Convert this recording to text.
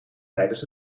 tijdens